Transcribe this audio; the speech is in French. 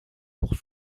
pour